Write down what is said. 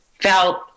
Felt